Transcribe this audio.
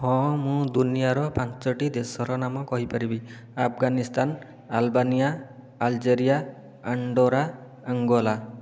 ହଁ ମୁଁ ଦୁନିଆର ପାଞ୍ଚଟି ଦେଶର ନାମ କହିପାରିବି Afghanistan Albania Algeria Andorra Angola